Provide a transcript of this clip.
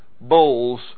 bowls